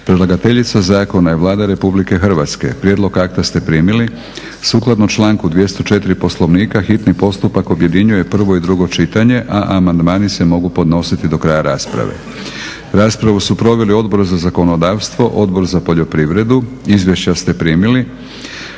Predlagateljica zakona je Vlada Republike Hrvatske. Prijedlog akta ste primili. Sukladno članku 204. Poslovnika hitni postupak objedinjuje prvo i drugo čitanje, a amandmani se mogu podnositi do kraja rasprave. Raspravu su proveli Odbor za zakonodavstvo, Odbor za poljoprivredu. Izvješća ste primili.